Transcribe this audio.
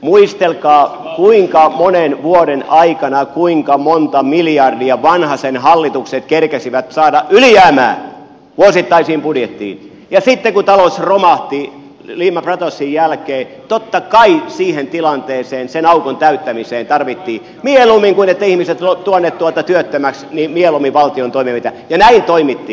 muistelkaa kuinka monen vuoden aikana kuinka monta miljardia vanhasen hallitukset kerkesivät saada ylijäämää vuosittaiseen budjettiin ja sitten kun talous romahti lehman brothersin jälkeen totta kai siihen tilanteeseen sen aukon täyttämiseen tarvittiin mieluummin kuin että ihmiset olisivat jääneet työttömäksi valtion toimenpiteitä ja näin toimittiin